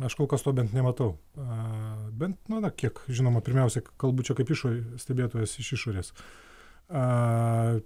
aš kol kas to bent nematau a bent mano kiek žinoma pirmiausia kalbančio kaip išorėj stebėtojas iš išorės a